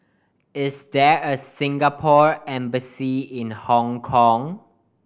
is there a Singapore Embassy in Hong Kong